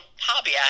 hobby